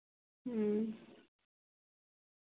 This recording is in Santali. ᱦᱮᱸ